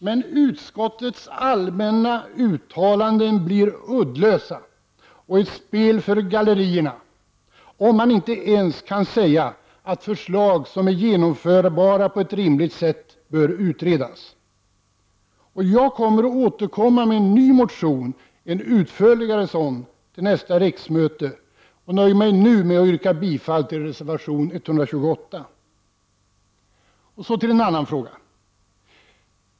Men utskottets allmänna uttalanden blir uddlösa och ett spel för gallerierna om man inte ens kan säga att förslag som är genomförbara på ett rimligt sätt bör utredas. Jag kommer att återkomma med en ny motion, en utförligare sådan, till nästa riksmöte och nöjer mig nu med att yrka bifall till reservation 128.